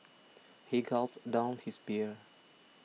he gulped down his beer